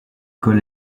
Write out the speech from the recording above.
col